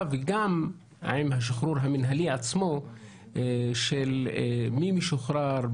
וגם עם השחרור המינהלי עצמו של מי משוחרר,